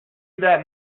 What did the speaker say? that